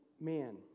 man